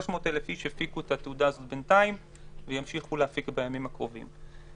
300,000 אנשים הנפיקו את התעודה לעת עתה וימשיכו להפיק בימים הקרובים.